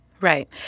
Right